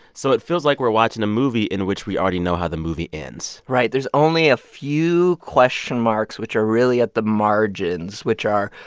so it feels like we're watching a movie in which we already know how the movie ends right. there's only a few question marks, which are really at the margins, which are,